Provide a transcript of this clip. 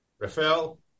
Rafael